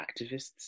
activists